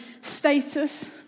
status